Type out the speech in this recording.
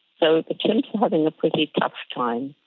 so the chimps are having a pretty tough time.